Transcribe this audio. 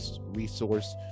resource